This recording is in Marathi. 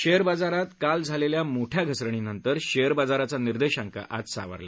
शेअर बाजारात काल झालेल्या मोठ्या घसरणीनंतर शेअर बाजाराचा निर्देशांक आज सावरला